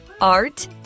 art